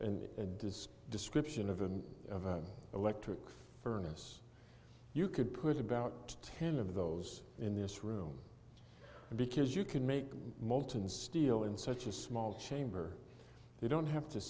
in this description of an electric furnace you could put about ten of those in this room because you can make molten steel in such a small chamber they don't have to